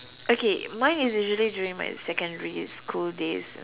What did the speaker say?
okay mine is usually during my secondary school days